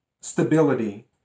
Stability